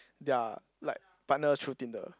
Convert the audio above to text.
their like partner through tinder